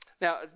Now